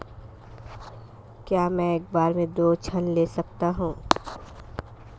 क्या मैं एक बार में दो ऋण ले सकता हूँ?